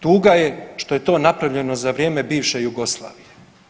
Tuga je što je to napravljeno za vrijeme bivše Jugoslavije.